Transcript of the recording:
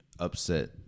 upset